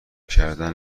کردن